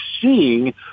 seeing